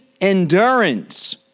endurance